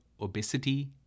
obesity